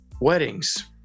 weddings